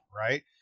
right